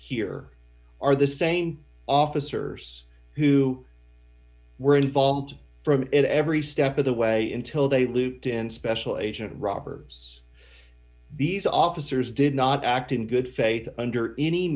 here are the same officers who were involved from every step of the way until they looped in special agent robert gibbs these officers did not act in good faith under any